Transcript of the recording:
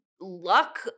luck